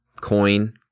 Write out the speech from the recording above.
Coin